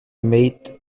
met